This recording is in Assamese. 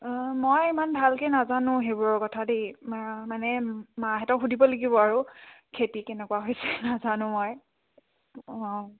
অঁ মই ইমান ভালকৈ নাজানো সেইবোৰৰ কথা দেই মা মানে মাহঁতক সুধিব লাগিব আৰু খেতি কেনেকুৱা হৈছে নাজানো মই অঁ